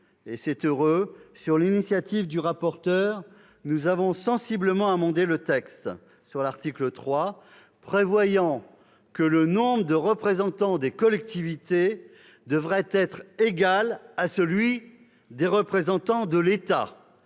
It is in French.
et c'est heureux, sur l'initiative du rapporteur, nous avons sensiblement amendé le texte de l'article 3, en prévoyant que le nombre de représentants des collectivités devrait être égal à celui des représentants de l'État.